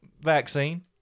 Vaccine